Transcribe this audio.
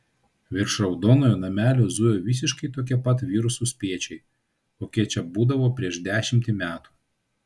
virš raudonojo namelio zujo visiškai tokie pat virusų spiečiai kokie čia būdavo prieš dešimtį metų